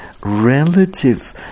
relative